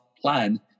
plan